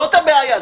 זאת הבעיה.